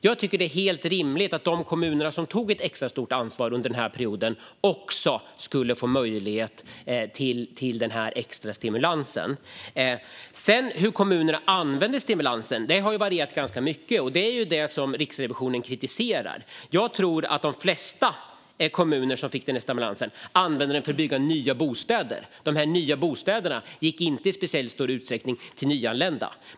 Jag tycker att det är helt rimligt att de kommuner som tog ett extra stort ansvar under den perioden också kunde få den extra stimulansen. Hur kommunerna sedan använder stimulansen har ju varierat ganska mycket, och det är det som Riksrevisionen kritiserar. Jag tror att de flesta kommuner som fick denna stimulans använde den till att bygga nya bostäder, och de nya bostäderna gick inte i särskilt stor utsträckning till nyanlända.